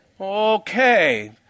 Okay